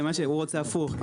הוא רוצה הפוך.